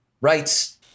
rights